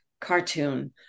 cartoon